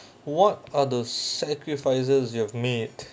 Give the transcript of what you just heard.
what are the sacrifices you have made